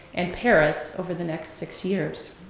and paris over the next six years.